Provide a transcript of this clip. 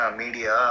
media